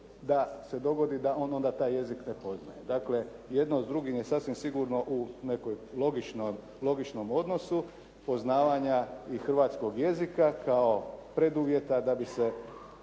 da se dogodi da onda on taj jezik ne poznaje. Dakle, jedno s drugim je sasvim sigurno u nekom logičnom odnosu poznavanja i hrvatskog jezika kao preduvjeta da bi se